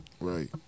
Right